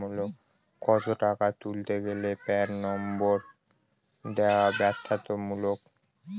কত টাকা তুলতে গেলে প্যান নম্বর দেওয়া বাধ্যতামূলক?